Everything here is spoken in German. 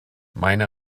meine